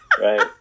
right